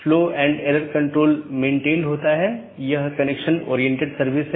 इसका मतलब है BGP कनेक्शन के लिए सभी संसाधनों को पुनःआवंटन किया जाता है